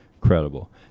credible